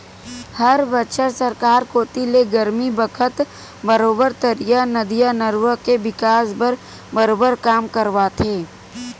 हर बछर सरकार कोती ले गरमी बखत बरोबर तरिया, नदिया, नरूवा के बिकास बर बरोबर काम करवाथे